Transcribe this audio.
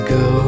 go